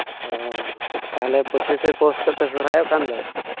ᱚᱸᱻ ᱛᱟᱦᱚᱞᱮ ᱯᱚᱸᱪᱤᱥᱮ ᱯᱳᱥ ᱨᱮᱯᱮ ᱥᱚᱨᱦᱟᱭᱚᱜ ᱠᱟᱱ ᱫᱚ